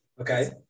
Okay